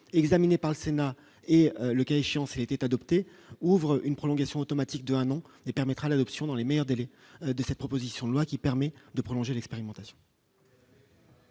Examiné par le Sénat et le cas échéant s'était adopté ouvre une prolongation automatique de un an et permettra l'adoption dans les meilleurs délais de cette proposition de loi qui permet de prolonger l'expérimentation.